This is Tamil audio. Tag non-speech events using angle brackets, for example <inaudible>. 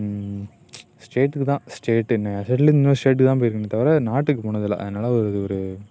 ஸ்டேட்டுக்குதான் ஸ்டேட்டு என்ன <unintelligible> நியூ ஸ்டேட்டுக்குதான் போயிருக்கேனே தவிர நாட்டுக்கு போனதில்லை அதனால் இது ஒரு